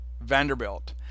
Vanderbilt